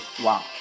Wow